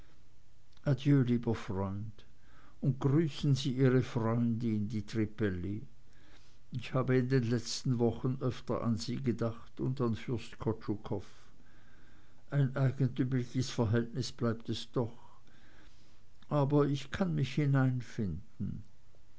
lieber freund und grüßen sie ihre freundin die trippelli ich habe in den letzten wochen öfter an sie gedacht und an fürst kotschukoff ein eigentümliches verhältnis bleibt es doch aber ich kann mich